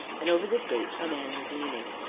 and over this gate a man was leaning.